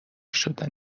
شدن